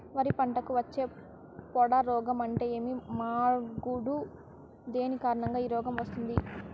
వరి పంటకు వచ్చే పొడ రోగం అంటే ఏమి? మాగుడు దేని కారణంగా ఈ రోగం వస్తుంది?